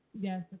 Yes